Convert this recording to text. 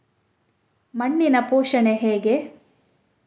ಮಣ್ಣಿನ ಪೋಷಣೆ ಹೇಗೆ?